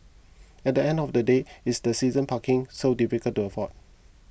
at the end of the day is that season parking so difficult to afford